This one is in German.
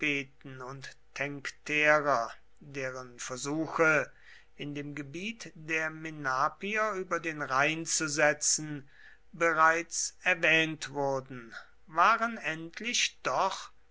und tencterer deren versuche in dem gebiet der menapier über den rhein zu setzen bereits erwähnt wurden waren endlich doch